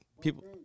people